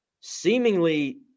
Seemingly